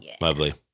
Lovely